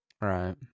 right